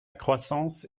croissance